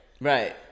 Right